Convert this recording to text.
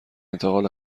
انتقال